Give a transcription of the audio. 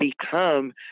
become